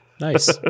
Nice